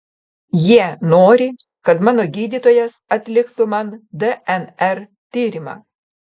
jie nori kad mano gydytojas atliktų man dnr tyrimą